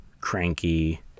cranky